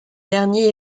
dernier